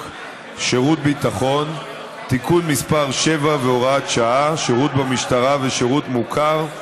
שירות ביטחון (תיקון מס' 7 והוראת שעה) (שירות במשטרה ושירות מוכר)